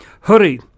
hurry